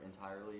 entirely